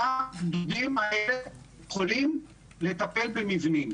כמה מהגדודים האלה יכולים לטפל במבנים?